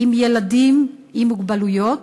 עם ילדים עם מוגבלויות.